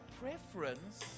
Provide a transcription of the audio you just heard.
preference